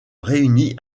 réunit